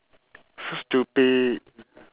so stupid